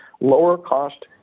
lower-cost